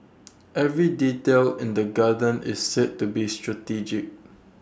every detail in the garden is said to be strategic